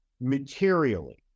materially